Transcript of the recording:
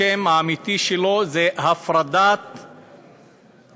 השם האמיתי שלו זה הפרדת משפחות,